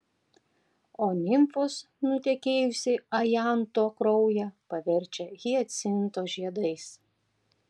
o nimfos nutekėjusį ajanto kraują paverčia hiacinto žiedais